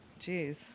Jeez